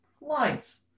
lines